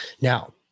Now